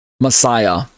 Messiah